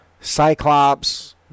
Cyclops